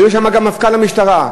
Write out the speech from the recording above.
היה שם גם מפכ"ל המשטרה.